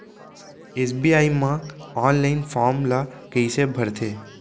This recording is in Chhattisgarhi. एस.बी.आई म ऑनलाइन फॉर्म ल कइसे भरथे?